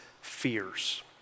fears